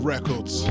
records